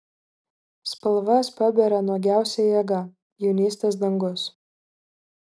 spalvas paberia nuogiausia jėga jaunystės dangus